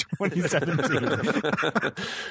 2017